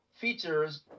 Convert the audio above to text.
features